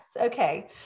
Okay